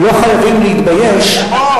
לא חייבים להתבייש,